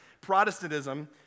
Protestantism